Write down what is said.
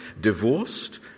divorced